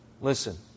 Listen